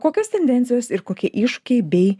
kokios tendencijos ir kokie iššūkiai bei